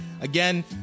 Again